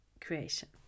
creation